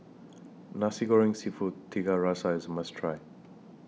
Nasi Goreng Seafood Tiga Rasa IS A must Try